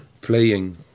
playing